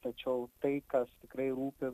tačiau tai kas tikrai rūpi